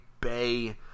Bay